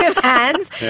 hands